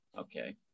okay